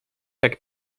jak